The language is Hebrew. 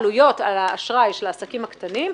עלויות האשראי של העסקים הקטנים,